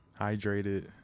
Hydrated